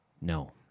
No